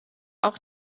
auch